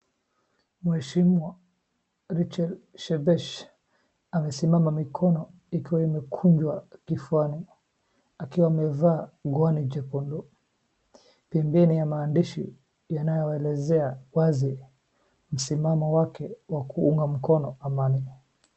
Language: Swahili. Mweheshimwa Rachel Shebesh ,amesimama mikono ikiwa imekunjwa kifuani. Akiwa amevaa nguo jekundu, pembeni ya maandishi yanaoelezea wazi msimamo wake wakuunga mkono amani.